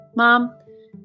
Mom